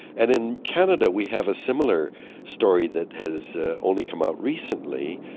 and in canada we have a similar story that has only come out recently,